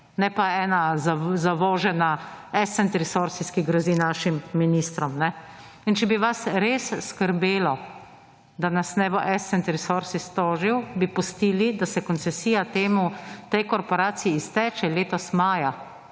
ne pa ena zavožena Ascent Resources, ki grozi našim ministrom. In če bi vas res skrbelo, da nas ne bo Ascent Resources tožil bi pustili, da se koncesija tej korporaciji izteče letos maja.